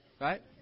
Right